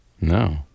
No